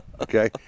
okay